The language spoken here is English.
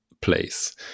place